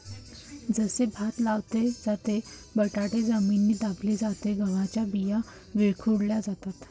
जसे भात लावले जाते, बटाटे जमिनीत दाबले जातात, गव्हाच्या बिया विखुरल्या जातात